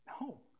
no